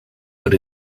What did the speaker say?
but